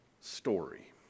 story